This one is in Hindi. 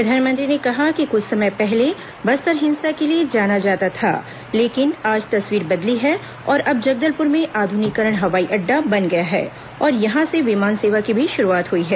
प्रधानमंत्री ने कहा कि कुछ समय पहले बस्तर हिंसा के लिए जाना जाता था लेकिन आज तस्वीर बदली है और अब जगदलपुर में आध्निक हवाई अड़डा बन गया है और यहां से विमान सेवा की भी श्रूआत हई है